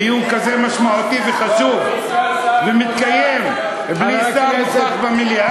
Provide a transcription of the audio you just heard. דיון כזה משמעותי וחשוב ומתקיים בלי ששר נוכח במליאה?